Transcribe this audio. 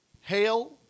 Hail